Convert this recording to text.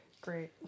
Great